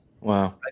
Wow